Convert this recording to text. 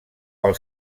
pel